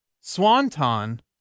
swanton